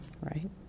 right